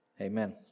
Amen